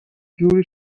جوری